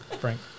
Frank